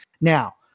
now